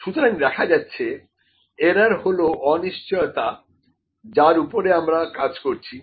সুতরাং দেখা যাচ্ছে এরার হল অনিশ্চয়তা যার ওপরে আমরা কাজ করছি